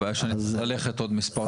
הבעיה שאני צריך ללכת עוד מספר דקות.